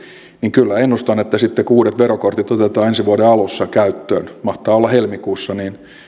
niin kyllä ennustan että sitten kun uudet verokortit otetaan ensi vuoden alussa käyttöön mahtaa olla helmikuussa niin